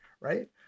right